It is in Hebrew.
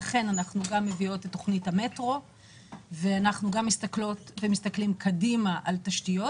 ואכן אנחנו מביאות את תכנית המטרו ומסתכלות ומסתכלים קדימה על תשתיות,